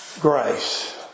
grace